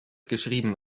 geschrieben